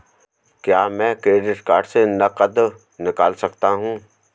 क्या मैं credit card से नकद निकाल सकता हूँ?